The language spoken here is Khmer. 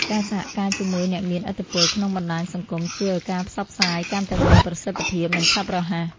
ការសហការជាមួយអ្នកមានឥទ្ធិពលក្នុងបណ្តាញសង្គមជួយឱ្យការផ្សព្វផ្សាយកាន់តែមានប្រសិទ្ធភាពនិងឆាប់រហ័ស។